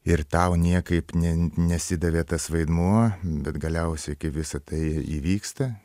ir tau niekaip ne nesidavė tas vaidmuo bet galiausiai visa tai įvyksta